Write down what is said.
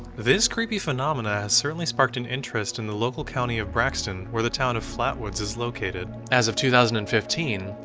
this creepy phenomena has certainly struck an interest in the local county of braxton, where the town of flatwoods is located. as of two thousand and fifteen,